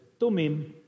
Tumim